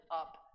up